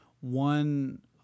one